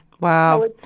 Wow